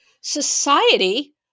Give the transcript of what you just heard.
society